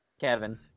kevin